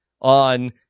on